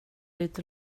lite